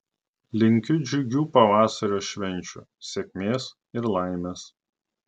linkiu džiugių pavasario švenčių sėkmės ir laimės